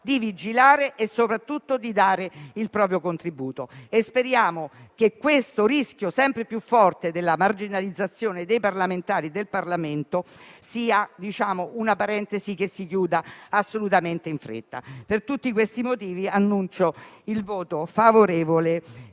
di vigilare e soprattutto di dare il proprio contributo. Speriamo che il rischio sempre più forte della marginalizzazione del Parlamento sia una parentesi che si chiuda in fretta. Per tutti questi motivi annuncio il voto favorevole